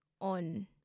on